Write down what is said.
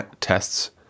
tests